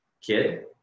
kid